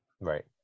Right